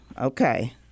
okay